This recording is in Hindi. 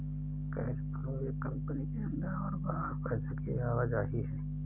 कैश फ्लो एक कंपनी के अंदर और बाहर पैसे की आवाजाही है